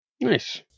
nice